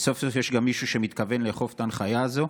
וסוף-סוף יש מישהו שמתכוון לאכוף את ההנחיה הזו.